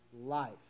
life